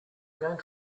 going